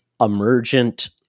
Emergent